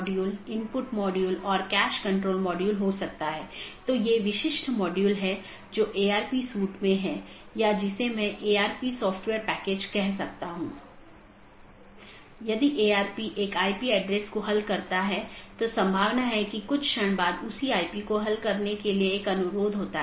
इसलिए पथ का वर्णन करने और उसका मूल्यांकन करने के लिए कई पथ विशेषताओं का उपयोग किया जाता है और राउटिंग कि जानकारी तथा पथ विशेषताएं साथियों के साथ आदान प्रदान करते हैं इसलिए जब कोई BGP राउटर किसी मार्ग की सलाह देता है तो वह मार्ग विशेषताओं को किसी सहकर्मी को विज्ञापन देने से पहले संशोधित करता है